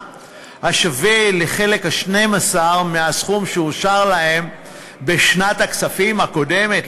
השווה לחלק ה-12 מהסכום שאושר להם בשנת הכספים הקודמת,